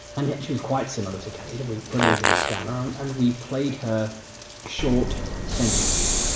and she was quite similar to kate and we put her into the scanner um and we played her short sentences.